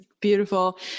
Beautiful